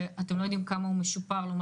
שאתם לא יודעים כמה הוא משופר אל מול